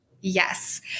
Yes